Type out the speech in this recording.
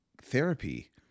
therapy